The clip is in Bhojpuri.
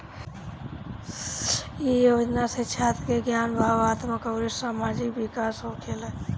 इ योजना से छात्र के ज्ञान, भावात्मक अउरी सामाजिक विकास होखेला